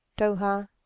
Doha